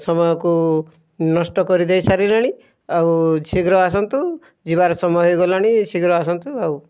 ସମୟକୁ ନଷ୍ଟ କରିଦେଇ ସାରିଲେଣି ଆଉ ଶୀଘ୍ର ଆସନ୍ତୁ ଯିବାର ସମୟ ହୋଇଗଲାଣି ଶୀଘ୍ର ଆସନ୍ତୁ ଆଉ